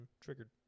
triggered